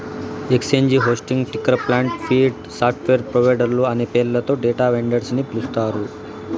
exchange hosting, ticker plant, feed, software ప్రొవైడర్లు అనే పేర్లతో డేటా వెండర్స్ ని పిలుస్తారు